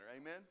Amen